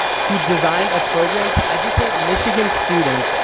who designed a program to educate michigan students,